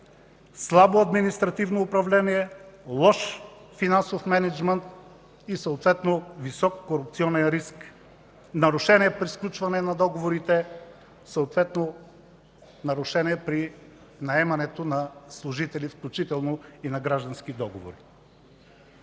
слабо административно управление, лош финансов мениджмънт и съответно висок корупционен риск, нарушения при сключване на договорите, съответно нарушение при наемането на служители, включително и на граждански договор.